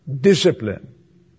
Discipline